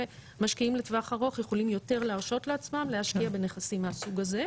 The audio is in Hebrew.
ומשקיעים לטווח ארוך יכולים יותר להרשות לעצמם להשקיע בנכסים מהסוג הזה,